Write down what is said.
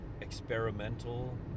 Experimental